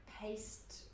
paste